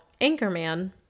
Anchorman